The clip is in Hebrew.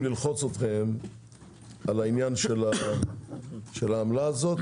ללחוץ אתכם על העניין של העמלה הזו,